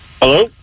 Hello